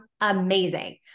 amazing